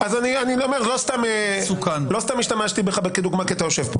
לא סתם השתמשתי בך כדוגמה כי אתה יושב,